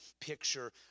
picture